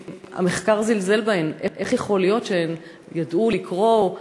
שהמחקר זלזל בהן: איך יכול להיות שהן ידעו לקרוא,